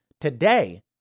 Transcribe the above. today